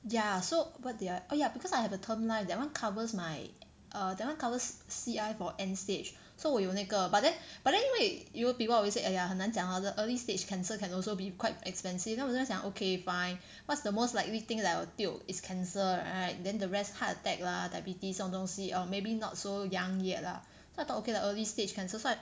ya so what did I oh ya because I have a term lah that one covers my err that one covers C_I for end stage so 我有那个 but then but then 因为 you will be always say !aiya! 很难讲 hor the early stage cancer can also be quite expensive then 我就在想 okay fine what's the most likely thing that I will tio is cancer right then the rest heart attack lah diabetes 这种东西 or maybe not so young yet lah so I thought okay lah early stage cancer so I